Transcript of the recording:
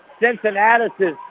Cincinnati's